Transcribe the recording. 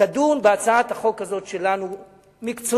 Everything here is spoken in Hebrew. שתדון בהצעת החוק הזאת שלנו מקצועית,